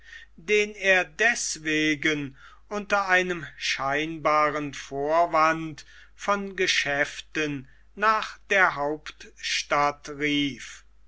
den er deßwegen unter einem scheinbaren vorwande von geschäften nach der hauptstadt rief